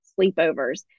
sleepovers